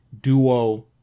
duo